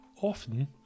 Often